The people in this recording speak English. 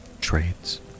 traits